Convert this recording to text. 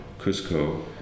Cusco